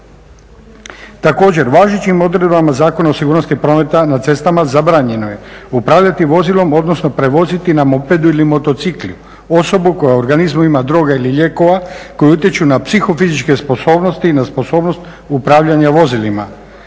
Također važećim odredbama Zakona o sigurnosti prometa na cestama zabranjeno je upravljati vozilom odnosno prevoziti na mopedu ili motociklu osobu koja u organizmu ima droga ili lijekova koji utječu na psihofizičke sposobnosti i na sposobnost upravljanja vozilima.